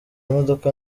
modoka